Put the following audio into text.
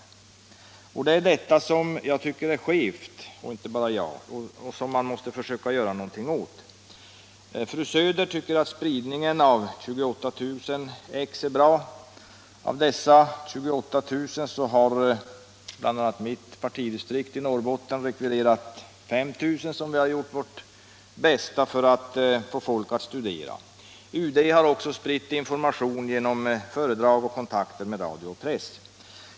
konferensen för Och det är detta som är skevt och som man måste försöka göra något — fred och säkerhet i åt. Fru Söder tycker att spridningen av 28 000 exemplar är bra. Av dessa — Europa 28 000 har kommunisterna i Norrbotten rekvirerat 5 000, som vi har gjort vårt bästa för att få folk att studera. UD har också spritt information genom föredrag och kontakter med radio och press.